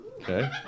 Okay